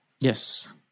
Yes